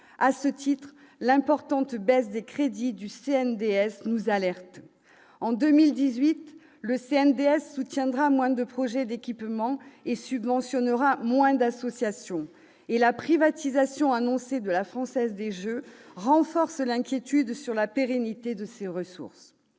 le développement du sport, le CNDS, nous alerte. En 2018, celui-ci soutiendra moins de projets d'équipement et subventionnera moins d'associations. Et la privatisation annoncée de la Française des jeux, renforce l'inquiétude sur la pérennité de ses ressources.